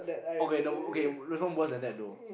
okay the okay there's one worse than that though